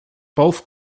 both